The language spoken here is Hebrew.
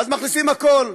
מכניסים הכול.